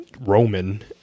Roman